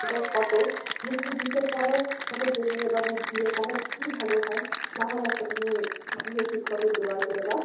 ওটার ফটো তুমি যদি দিতে পারো আমাকে বলে বা বুঝিয়ে তাহলে খুবই ভালো হয় নাহলে একটা তুমি গৃহশিক্ষকের জোগাড় করে দাও